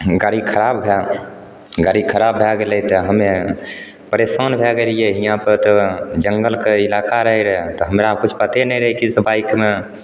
गाड़ी खराब भै गाड़ी खराब भै गेलै तऽ हमे परेशान भै गेलिए हिआँपर तऽ जङ्गलके इलाका रहै रऽ तऽ हमरा किछु पते नहि रहै कि से बाइकमे